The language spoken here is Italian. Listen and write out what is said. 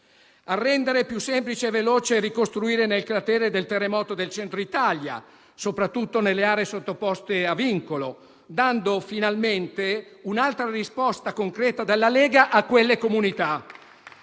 rendere più semplice e veloce ricostruire nel cratere del terremoto del Centro Italia, soprattutto nelle aree sottoposte a vincolo, dando finalmente un'altra risposta concreta dalla Lega a quelle comunità.